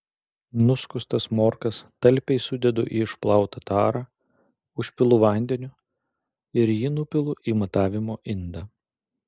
nuskustas morkas talpiai sudedu į išplautą tarą užpilu vandeniu ir jį nupilu į matavimo indą